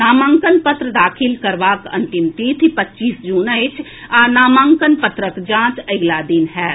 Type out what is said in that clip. नामांकन पत्र दाखिल करबाक अंतिम तिथि पच्चीस जून अछि आ नामांकन पत्रक जांच अगिला दिन होयत